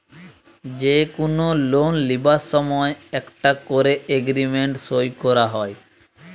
যে কুনো লোন লিবার সময় একটা কোরে এগ্রিমেন্ট সই কোরা হয়